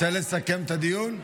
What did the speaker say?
רוצה לסכם את הדיון?